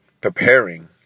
preparing